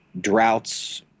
droughts